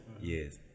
yes